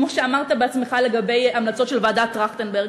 כמו שאמרת בעצמך לגבי המלצות של ועדת טרכטנברג.